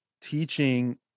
teaching